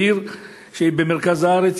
בעיר שהיא במרכז הארץ,